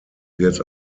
wird